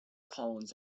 collins